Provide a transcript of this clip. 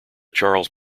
charles